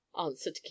answered